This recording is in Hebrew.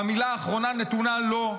והמילה האחרונה נתונה לו.